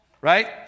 right